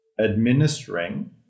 administering